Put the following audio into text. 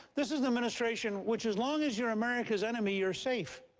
this is an administration which, as long as you're america's enemy, you're safe.